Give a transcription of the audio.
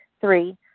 Three